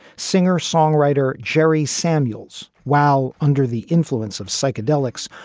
singer songwriter jerry samuels, while under the influence of psychedelics,